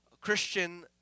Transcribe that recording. Christian